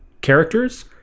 characters